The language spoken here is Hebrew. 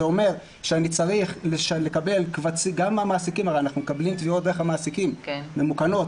הרי אנחנו מקבלים תביעות דרך המעסיקים ממוכנות,